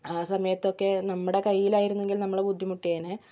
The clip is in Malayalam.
ആ സമയത്തൊക്കെ നമ്മുടെ കൈയിലായിരുന്നെങ്കിൽ നമ്മൾ ബുദ്ധിമുട്ടിയേനെ